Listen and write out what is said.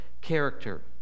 character